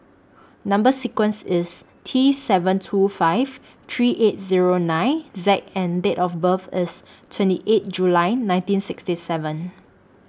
Number sequence IS T seven two five three eight Zero nine Z and Date of birth IS twenty eight July nineteen sixty seven